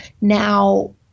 now